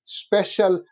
special